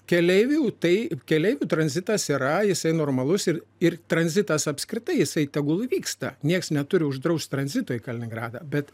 keleivių tai keleivių tranzitas yra jisai normalus ir ir tranzitas apskritai jisai tegul vyksta niekas neturi uždraust tranzito į kaliningradą bet